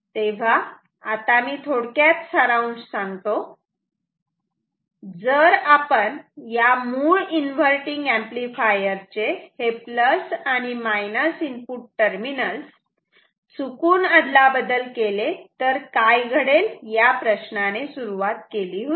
तेव्हा आता मी थोडक्यात सारांश सांगतो जर आपण या मूळ इन्व्हर्टटिंग एंपलीफायर चे हे प्लस आणि minus input terminal input terminals चुकून अदलाबदल केले तर काय घडेल या प्रश्नाने सुरुवात केली होती